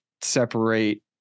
separate